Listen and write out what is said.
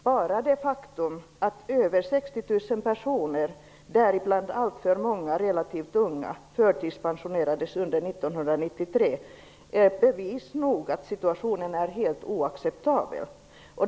Bara det faktum att över 60 000 personer, däribland alltför många relativt unga, förtidspensionerades under 1993 är bevis nog för att situationen är helt oacceptabel.